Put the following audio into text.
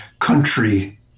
country